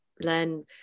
learn